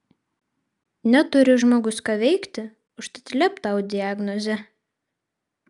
neturi žmogus ką veikti užtat lept tau diagnozę